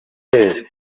niyitegeka